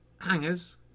hangers